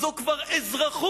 זו כבר אזרחות